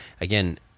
again